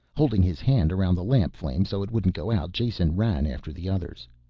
holding his hand around the lamp flame so it wouldn't go out, jason ran after the others.